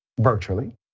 virtually